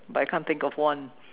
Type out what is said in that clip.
but I can't think of one